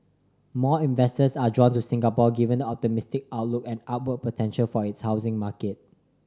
more investors are drawn to Singapore given optimistic outlook and upward potential for its housing market